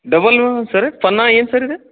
double sir ಫನ್ನಾ ಏನು sir ಇದು